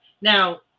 Now